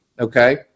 Okay